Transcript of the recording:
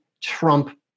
Trump